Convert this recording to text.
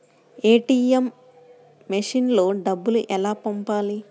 ATM మెషిన్లో డబ్బులు ఎలా పంపాలి?